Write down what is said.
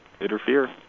interfere